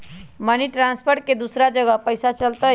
Money transfer से दूसरा जगह पईसा चलतई?